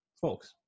folks